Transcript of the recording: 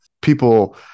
people